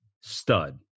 stud